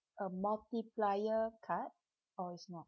a multiplier card or it's not